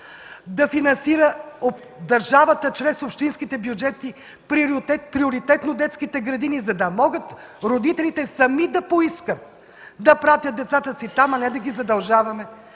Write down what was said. да финансира чрез общинските бюджети приоритетно детските градини, за да могат родителите сами да поискат да пратят децата си там, а не да ги задължаваме.